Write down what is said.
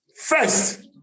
First